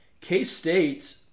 K-State